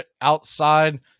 outside